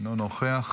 אינו נוכח,